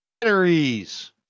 batteries